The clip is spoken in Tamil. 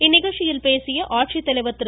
இந்நிகழ்ச்சியில் பேசிய மாவட்ட ஆட்சித்தலைவர் திரு